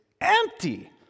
empty